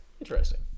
interesting